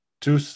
two